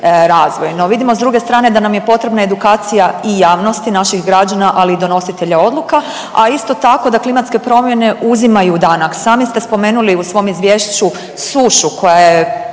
No, vidimo s druge strane da nam je potrebna edukacija i javnosti naših građana ali i donositelja odluka, a isto tako da klimatske promjene uzimaju danak. Sami ste spomenuli u svom izvješću sušu koja je